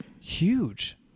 huge